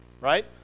right